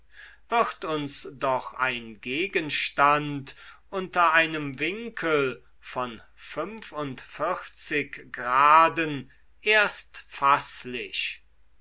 wird uns doch ein gegenstand unter einem winkel von fünfundvierzig graden erst faßlich